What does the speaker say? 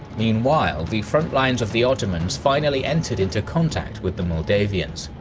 meanwhile, the front lines of the ottomans finally entered into contact with the moldavians.